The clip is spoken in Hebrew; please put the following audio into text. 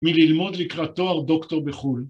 מללמוד לקראת תואר דוקטור בחו"ל.